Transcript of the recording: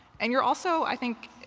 and you're also, i think,